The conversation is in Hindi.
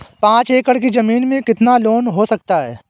पाँच एकड़ की ज़मीन में कितना लोन हो सकता है?